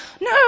No